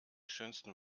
schönsten